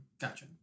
Gotcha